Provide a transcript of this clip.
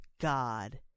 God